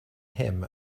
him